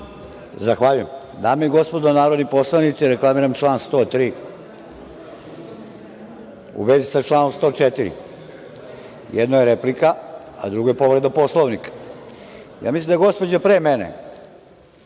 Zahvaljujem. Dame i gospodo, narodni poslanici, reklamiram član 103, u vezi sa članom 104. Jedno je replika, a drugo je povreda Poslovnika. Ja mislim da gospođa pre mene,a